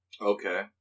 okay